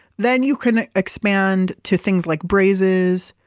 then you can expand to things like braises,